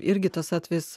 irgi tas atvejis